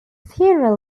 funeral